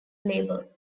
label